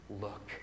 look